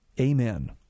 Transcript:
Amen